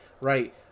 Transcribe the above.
Right